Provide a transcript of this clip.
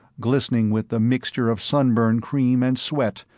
glistening with the mixture of sunburn cream and sweat,